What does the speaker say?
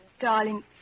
Darling